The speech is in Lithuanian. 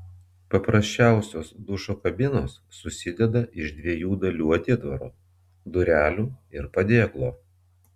paprasčiausios dušo kabinos susideda iš dviejų dalių atitvaro durelių ir padėklo